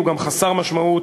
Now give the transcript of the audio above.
הוא גם חסר משמעות.